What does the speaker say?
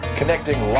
connecting